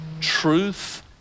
truth